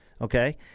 Okay